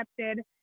accepted